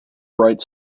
bright